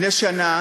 לפני שנה